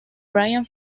bryan